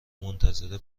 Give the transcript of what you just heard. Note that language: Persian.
منتظر